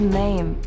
name